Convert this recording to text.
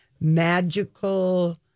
magical